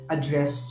Address